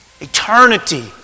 Eternity